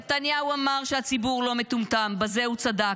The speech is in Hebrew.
נתניהו אמר שהציבור לא מטומטם, בזה הוא צדק.